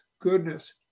goodness